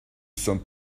sommes